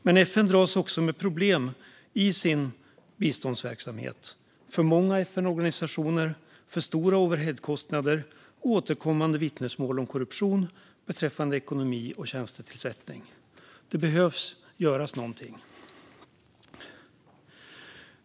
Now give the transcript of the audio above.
Men FN dras också med problem i sin biståndsverksamhet: för många FN-organisationer, för stora overheadkostnader och återkommande vittnesmål om korruption beträffande ekonomi och tjänstetillsättning. Det behöver göras någonting.